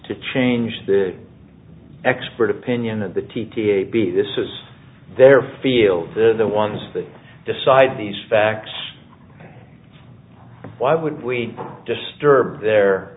to change the expert opinion of the t t a b this is their field the ones that decide these facts why would we disturb their